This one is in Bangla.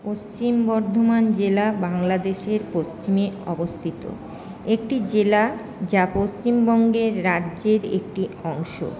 পশ্চিম বর্ধমান জেলা বাংলাদেশের পশ্চিমে অবস্থিত একটি জেলা যা পশ্চিমবঙ্গের রাজ্যের একটি অংশ